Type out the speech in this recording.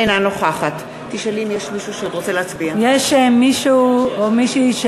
אינה נוכחת יש מישהו או מישהי,